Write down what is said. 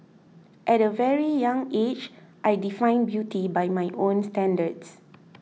at a very young age I defined beauty by my own standards